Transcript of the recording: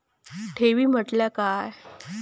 ठेवी म्हटल्या काय?